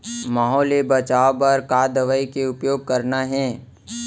माहो ले बचाओ बर का दवई के उपयोग करना हे?